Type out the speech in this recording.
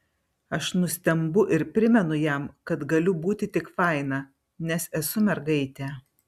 aš nustembu ir primenu jam kad galiu būti tik faina nes esu mergaitė